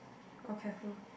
oh careful